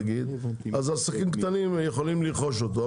נגיד אז עסקים קטנים יכולים לרכוש אותו.